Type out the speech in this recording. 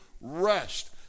rest